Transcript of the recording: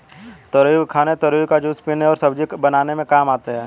तुरई को खाने तुरई का जूस पीने और सब्जी बनाने में काम आती है